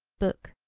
book.